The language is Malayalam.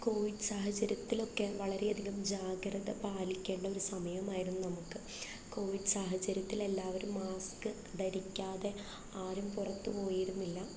കോവിഡ് സാഹചര്യത്തിലൊക്കെ വളരെ അധികം ജാഗ്രത പാലിക്കേണ്ട ഒരു സമയമായിരുന്നു നമുക്ക് കോവിഡ് സാഹചര്യത്തിൽ എല്ലാവരും മാസ്ക് ധരിക്കാതെ ആരും പുറത്ത് പോയിരുന്നില്ല